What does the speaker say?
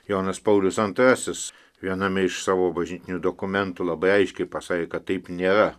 jonas paulius antrasis viename iš savo bažnytinių dokumentų labai aiškiai pasakė kad taip nėra